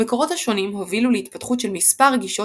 המקורות השונים הובילו להתפתחות של מספר גישות